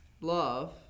love